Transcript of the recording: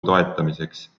toetamiseks